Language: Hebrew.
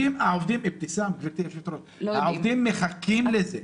גברתי היושבת-ראש, העובדים מחכים לזה.